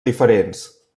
diferents